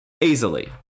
easily